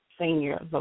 Senior